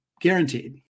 guaranteed